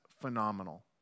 phenomenal